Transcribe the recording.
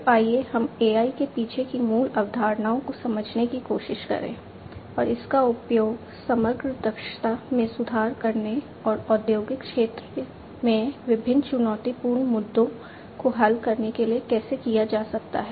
तो आइए हम AI के पीछे की मूल अवधारणाओं को समझने की कोशिश करें और इसका उपयोग समग्र दक्षता में सुधार करने और औद्योगिक क्षेत्र में विभिन्न चुनौतीपूर्ण मुद्दों को हल करने के लिए कैसे किया जा सकता है